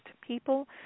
people